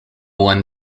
won